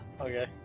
Okay